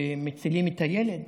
ומצילים את הילד,